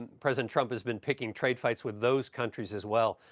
president trump has been picking trade fights with those countries as well.